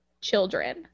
children